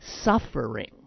suffering